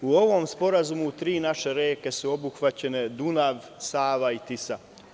U ovom sporazumu tri naše reke su obuhvaćene, Dunav, Sava i Tisa.